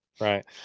Right